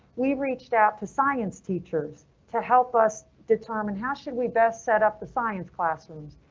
we've reached out to science teachers to help us determine how should we best set up the science classrooms.